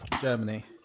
Germany